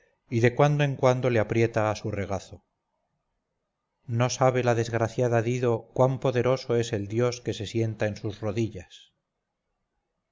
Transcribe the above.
y de cuando en cuando le aprieta a su regazo no sabe la desgraciada dido cuán poderoso es el dios que se sienta en sus rodillas